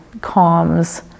calms